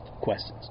questions